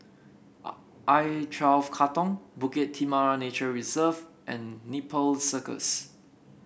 are I twelve Katong Bukit Timah Nature Reserve and Nepal Circus